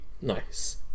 Nice